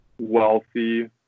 wealthy